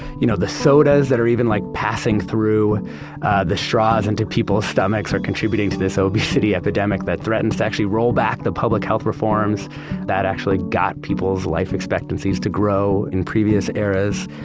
you know, the sodas that are even like, passing through the straws into people's stomachs are contributing to this obesity epidemic that threatens to actually roll back the public health reforms that actually got people's life expectancies to grow in previous eras.